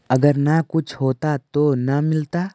अगर न कुछ होता तो न मिलता?